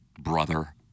Brother